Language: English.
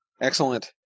Excellent